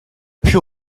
pus